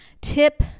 Tip